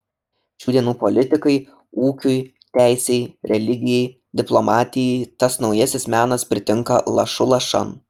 šių dienų politikai ūkiui teisei religijai diplomatijai tas naujasis menas pritinka lašu lašan